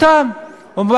אותם.